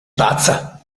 pazza